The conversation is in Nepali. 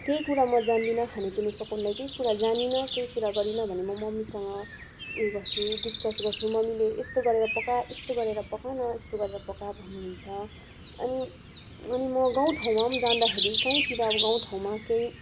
केही कुरा म जान्दिनँ खानपिना पकाउनु लागि केही कुरा जानिनँ केही कुरा गरिनँ भने म मम्मीसँग उयो गर्छु डिसकस गर्छु मम्मीले यस्तो गरेर पकाउ यस्तो गरेर पकाउ न यस्तो गरेर पकाउ भन्नु हुन्छ अनि अनि म गाउँ ठाउँमा जाँदाखेरि कहीँतिर अब गाउँ ठाउँमा केही